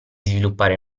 sviluppare